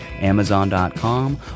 Amazon.com